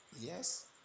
yes